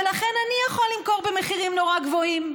ולכן אני יכול למכור במחירים נורא גבוהים.